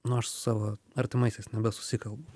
nu aš su savo artimaisiais nebesusikalbu